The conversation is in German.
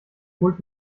holt